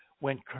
went